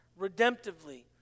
redemptively